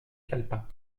calepin